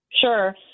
Sure